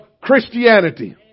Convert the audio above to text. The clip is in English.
Christianity